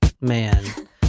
Man